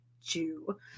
Jew